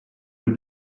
have